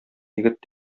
егет